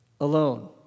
alone